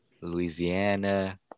Louisiana